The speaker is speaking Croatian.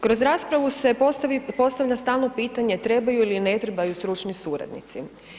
Kroz raspravu se postavlja stalno pitanje trebaju li ili ne trebaju stručni suradnici.